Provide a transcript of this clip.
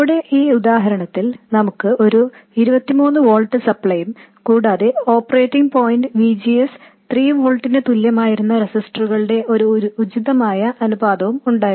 നമ്മുടെ ഈ ഉദാഹരണത്തിൽ നമുക്ക് ഒരു 23 വോൾട്ട് സപ്ലെയും കൂടാതെ operating point V G S 3 വോൾട്ടിന് തുല്യമായിരുന്ന റെസിസ്റ്ററുകളുടെ ഒരു ഉചിതമായ അനുപാതവും ഉണ്ടായിരുന്നു